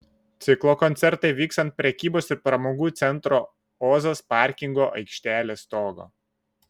ciklo koncertai vyks ant prekybos ir pramogų centro ozas parkingo aikštelės stogo